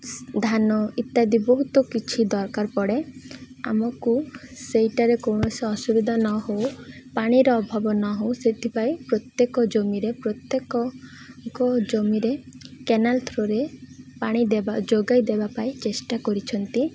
ଧାନ ଇତ୍ୟାଦି ବହୁତ କିଛି ଦରକାର ପଡ଼େ ଆମକୁ ସେଇଟାରେ କୌଣସି ଅସୁବିଧା ନ ହଉ ପାଣିର ଅଭାବ ନ ହଉ ସେଥିପାଇଁ ପ୍ରତ୍ୟେକ ଜମିରେ ପ୍ରତ୍ୟେକଙ୍କ ଜମିରେ କେନାଲ ଥ୍ରୁରେ ପାଣି ଦେବା ଯୋଗାଇ ଦେବା ପାଇଁ ଚେଷ୍ଟା କରିଛନ୍ତି